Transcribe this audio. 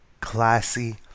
classy